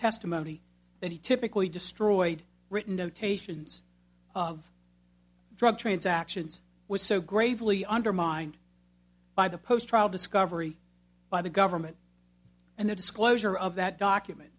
testimony that he typically destroyed written notations of drug transactions was so gravely undermined by the post trial discovery by the government and the disclosure of that document